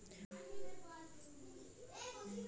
আমার লোন অ্যাকাউন্টের লিমিট বাড়ানোর জন্য আমায় কী কী করতে হবে?